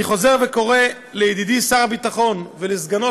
אני חוזר וקורא לידידי שר הביטחון ולסגנו,